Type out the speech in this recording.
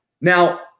Now